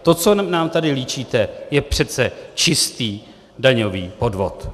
To, co nám tady líčíte, je přece čistý daňový podvod!